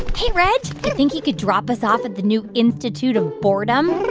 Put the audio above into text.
hey reg, you think you could drop us off at the new institute of boredom?